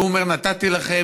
הוא אומר: נתתי לכם,